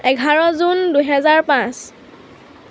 এঘাৰ জুন দুহেজাৰ পাঁচ